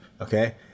okay